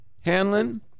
Hanlon